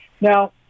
Now